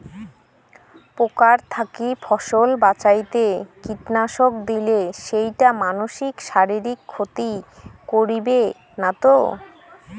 পোকার থাকি ফসল বাঁচাইতে কীটনাশক দিলে সেইটা মানসির শারীরিক ক্ষতি করিবে না তো?